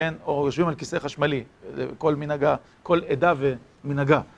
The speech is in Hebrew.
כן, או יושבים על כיסא חשמלי, זה כל מנהגה, כל עדה ומנהגה.